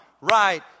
right